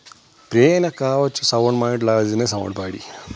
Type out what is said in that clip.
پرٲنۍ اکھ کَہاوتھ چھِ sound mind lies in a sound body